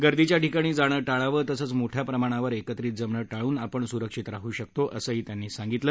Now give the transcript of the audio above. गर्दीच्या ठिकाणी जाणं टाळावं तसच मोठ्या प्रमाणावर एकत्रित जमणं टाळून आपण सुरक्षित राहू शकतो असही त्यांनी सांगितलं